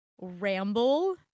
ramble